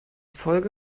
folge